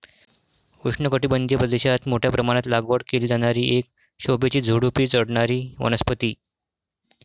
उष्णकटिबंधीय प्रदेशात मोठ्या प्रमाणात लागवड केली जाणारी एक शोभेची झुडुपी चढणारी वनस्पती